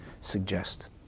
suggest